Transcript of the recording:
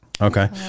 Okay